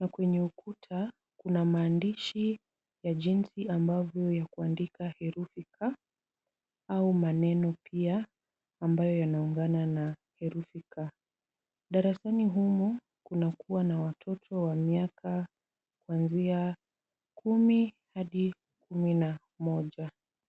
na kwenye ukuta kuna maandishi ya jinsi ambavyo ya kuandika herufi K au maneno pia ambayo yanaungana na herufi K. Darasani humu kunakuwa na watoto wa miaka kuanzia kumi hadi kumi na moja.